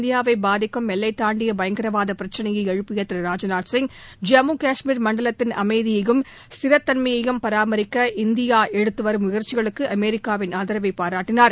இந்தியாவை பாதிக்கும் எல்லை தாண்டிய பயங்கரவாத பிரச்னையை எழுப்பிய திரு ராஜ்நாத் சிங் ஜம்மு கஷ்மீர் மண்டலத்தின் அமைதியையும் ஸ்திர தன்மயையும் பராமரிக்க இந்தியா எடுத்துவரும் முயற்சிகளுக்கு அமெரிக்காவின் ஆதரவை பாராட்டினார்